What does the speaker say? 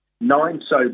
Nine-so